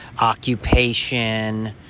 occupation